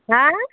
হাঁ